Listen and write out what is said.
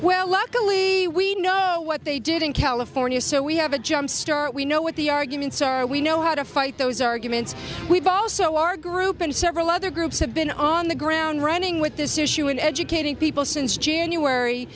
luckily we know what they did in california so we have a jump start we know what the arguments are we know how to fight those arguments we've also our group and several other groups have been on the ground running with this issue in educating people since january